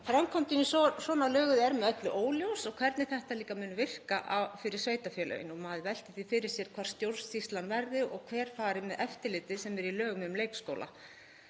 Framkvæmdin í svona löguðu er með öllu óljós og hvernig þetta mun líka virka fyrir sveitarfélögin. Maður veltir því fyrir sér hvar stjórnsýslan verði og hver fari með eftirlitið sem er í lögum um leikskóla.